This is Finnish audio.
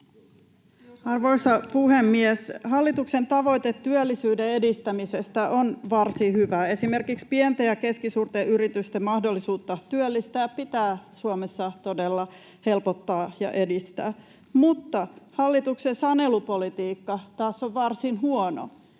Arvoisa puhemies! Hallituksen tavoite työllisyyden edistämisestä on varsin hyvä. Esimerkiksi pienten ja keskisuurten yritysten mahdollisuutta työllistää pitää Suomessa todella helpottaa ja edistää. Mutta hallituksen sanelupolitiikka taas on varsin huono,